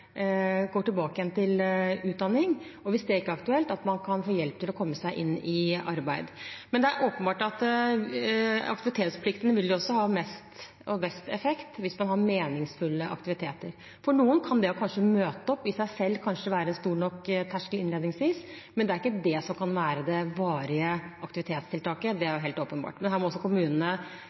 går tilbake til utdanning, og hvis det ikke er aktuelt, at man kan få hjelp til å komme seg i arbeid. Men det er åpenbart at aktivitetsplikten vil ha mest og best effekt hvis man har meningsfylte aktiviteter. For noen vil det å møte opp i seg selv kanskje være en høy nok terskel innledningsvis, men det er ikke det som skal være det varige aktivitetstiltaket – det er helt åpenbart. Kommunene må